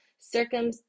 circum